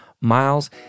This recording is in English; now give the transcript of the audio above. Miles